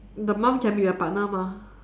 the mum can be a partner mah